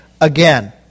again